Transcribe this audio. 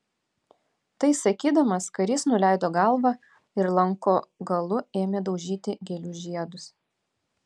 tai sakydamas karys nuleido galvą ir lanko galu ėmė daužyti gėlių žiedus